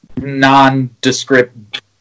nondescript